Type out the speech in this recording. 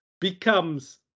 becomes